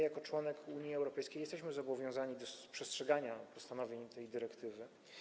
Jako członek Unii Europejskiej Polska jest zobowiązana do przestrzegania postanowień tej dyrektywy.